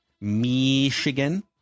Michigan